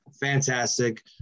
fantastic